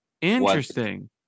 Interesting